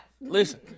Listen